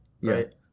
right